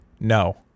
No